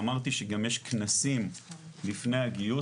ואמרתי שגם יש כנסים לפני הגיוס.